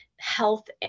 health